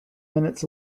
minutes